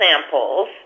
samples